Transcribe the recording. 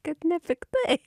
kad nepiktai